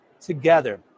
together